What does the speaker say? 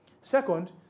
Second